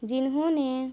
جنہوں نے